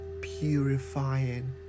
purifying